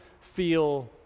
feel